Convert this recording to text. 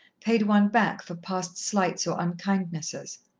paid one back for past slights or unkindnesses.